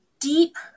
deep